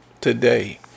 today